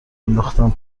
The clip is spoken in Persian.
انداختم